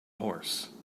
horse